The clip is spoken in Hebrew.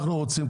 שינוי.